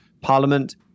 Parliament